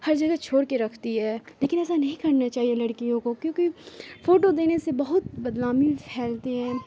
ہر جگہ چھوڑ کے رکھتی ہے لیکن ایسا نہیں کرنا چاہیے لڑکیوں کو کیونکہ فوٹو دینے سے بہت بدنامی پھیلتی ہے